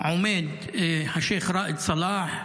עומד השייך ראאד סלאח.